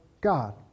God